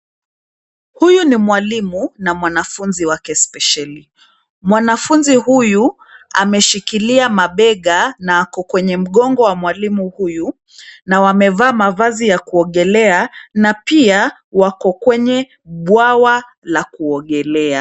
Huyu ni mwalimu na mwanafunzi wake spesheli. Mwanafunzi huyu ameshikilia mabega na ako kwenye mgongo wa mwalimu huyu na wamevaa mavazi ya kuogelea na pia wako kwenye bwawa la kuogelea.